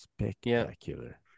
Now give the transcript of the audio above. Spectacular